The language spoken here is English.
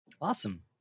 Awesome